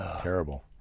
terrible